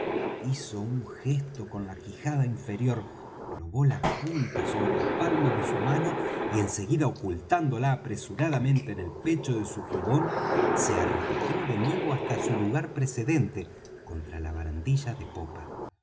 hizo un gesto con la quijada inferior probó la punta sobre la palma de su mano y en seguida ocultándola apresuradamente en el pecho de su jubón se arrastró de nuevo hasta su lugar precedente contra la barandilla de popa